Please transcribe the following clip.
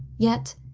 yet,